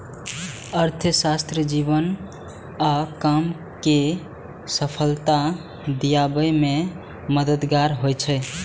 अर्थशास्त्र जीवन आ काम कें सफलता दियाबे मे मददगार होइ छै